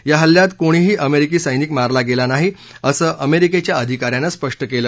या हल्ल्यात कोणीही अमेरिकी सैनिक मारला गेला नाही असं अमेरिकेच्या अधिका यानं स्पष्ट केलं